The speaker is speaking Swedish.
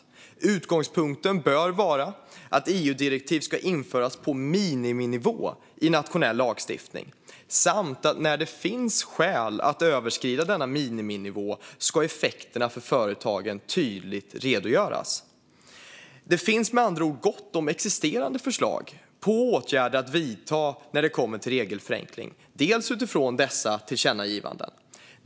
Utgångspunkten bör vara att EU-direktiv ska införas på miniminivå i nationell lagstiftning och att effekterna för företagen, när det finns skäl att överskrida denna miniminivå, tydligt ska redovisas. Det finns med andra ord gott om existerande förslag på åtgärder att vidta när det kommer till regelförenkling, delvis utifrån dessa tillkännagivanden.